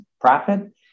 profit